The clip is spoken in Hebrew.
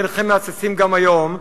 ואינכם מהססים גם היום,